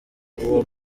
uwo